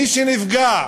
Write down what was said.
מי שנפגע